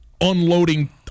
unloading